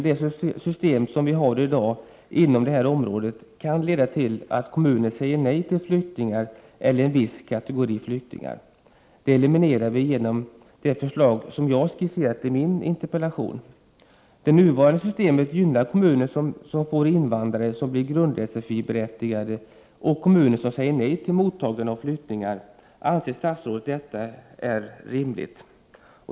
Det system vi har i dag på det här området kan emellertid leda till att kommuner säger nej till flyktingar eller till en viss kategori flyktingar. Detta problem kan man eliminera genom det förslag som jag har skisserat i min interpellation. Det nuvarande systemet gynnar kommuner som får invandrare som blir berättigade till grund-sfi och kommuner som säger nej till mottagande av flyktingar. Anser statsrådet att detta är rimligt?